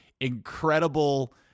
incredible